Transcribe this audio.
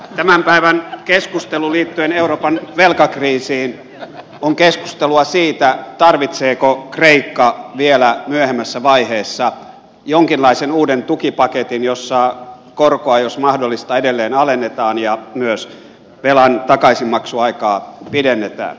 tämän päivän keskustelu liittyen euroopan velkakriisiin on keskustelua siitä tarvitseeko kreikka vielä myöhemmässä vaiheessa jonkinlaisen uuden tukipaketin jossa korkoa jos mahdollista edelleen alennetaan ja myös velan takaisinmaksuaikaa pidennetään